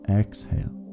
exhale